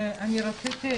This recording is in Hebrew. ברשותך,